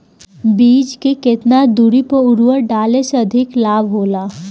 बीज के केतना दूरी पर उर्वरक डाले से अधिक लाभ होला?